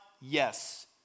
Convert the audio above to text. yes